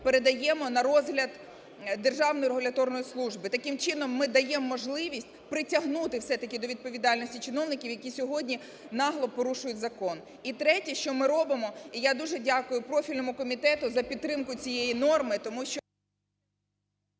передаємо на розгляд Державної регуляторної служби. Таким чином, ми даємо можливість притягнути все-таки до відповідальності чиновників, які сьогодні нагло порушують закон. І третє, що ми робимо. І я дуже дякую профільному комітету за підтримку цієї норми. Тому що…